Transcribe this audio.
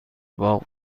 باغ